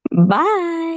Bye